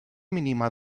mínima